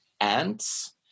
ants